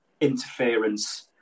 interference